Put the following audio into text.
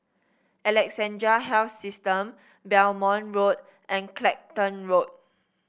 Alexandra Health System Belmont Road and Clacton Road